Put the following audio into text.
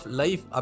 life